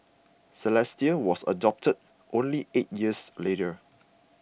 Celeste was adopted only eight years later